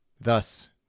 Thus